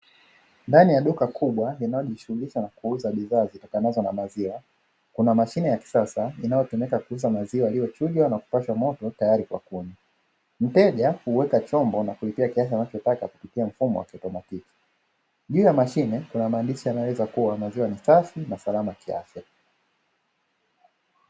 Ndani ya duka kubwa linashughulika na kuuza bidhaa zitokanazo na maziwa, kuna mashine ya kisasa inayotumika kuuza maziwa yaliyochujwa na kupashwa moto tayari kwa kunywa, mteja huweka chombo na kulipia kiasi anachotaka kupitia mfumo wa kiautomatiki juu ya mashine kuna maandishi yanayo eleza kua maziwa ni safi na salama kiafya.